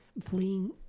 fleeing